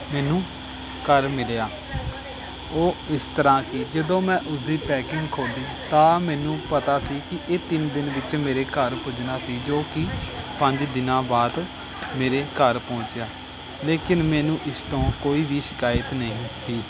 ਮੈਨੂੰ ਘਰ ਮਿਲਿਆ ਉਹ ਇਸ ਤਰ੍ਹਾਂ ਕਿ ਜਦੋਂ ਮੈਂ ਉਸਦੀ ਪੈਕਿੰਗ ਖੋਲ੍ਹੀ ਤਾਂ ਮੈਨੂੰ ਪਤਾ ਸੀ ਕਿ ਇਹ ਤਿੰਨ ਦਿਨ ਵਿੱਚ ਮੇਰੇ ਘਰ ਪੁੱਜਣਾ ਸੀ ਜੋ ਕਿ ਪੰਜ ਦਿਨਾਂ ਬਾਅਦ ਮੇਰੇ ਘਰ ਪਹੁੰਚਿਆ ਲੇਕਿਨ ਮੈਨੂੰ ਇਸ ਤੋਂ ਕੋਈ ਵੀ ਸ਼ਿਕਾਇਤ ਨਹੀਂ ਸੀ